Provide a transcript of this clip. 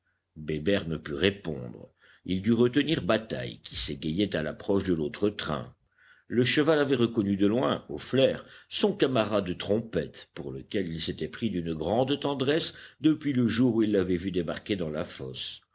bébert ne put répondre il dut retenir bataille qui s'égayait à l'approche de l'autre train le cheval avait reconnu de loin au flair son camarade trompette pour lequel il s'était pris d'une grande tendresse depuis le jour où il l'avait vu débarquer dans la fosse